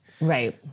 Right